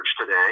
today